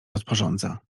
rozporządza